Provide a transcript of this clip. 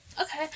Okay